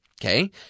Okay